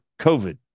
COVID